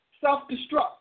self-destruct